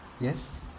Yes